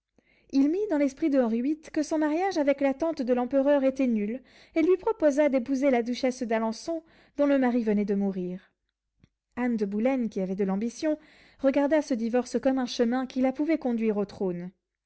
il mit dans l'esprit de henri viii que son mariage avec la tante de l'empereur était nul et lui proposa d'épouser la duchesse d'alençon dont le mari venait de mourir anne de boulen qui avait de l'ambition regarda ce divorce comme un chemin qui la pouvait conduire au trône